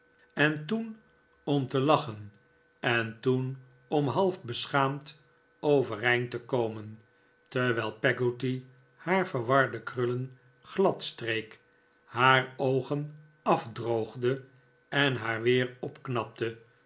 en toen om te lachen en toen om half beschaamd overeind te komen terwijl peggotty haar verwarde krullen gladstreek haar oogen afdroogde en haar weer opknapte